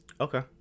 Okay